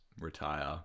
retire